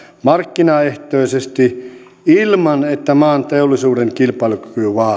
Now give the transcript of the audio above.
markkinaehtoisesti ilman että maan teollisuuden kilpailukyky vaarantuu